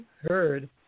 heard